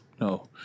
No